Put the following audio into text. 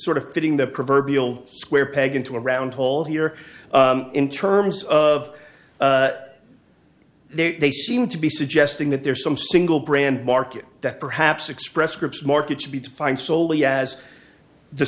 sort of fitting the proverbial square peg into a round hole here in terms of they seem to be suggesting that there's some single brand market that perhaps express scripts market should be defined solely as the